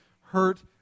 hurt